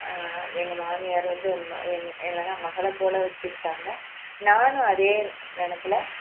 எங்கள் மாமியார் வந்து என்னலான் மகளை போல் வச்சிக்கிட்டாங்க நானும் அதே நினப்புல